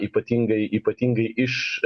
ypatingai ypatingai iš